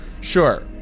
Sure